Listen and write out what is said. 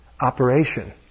operation